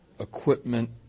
equipment